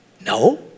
No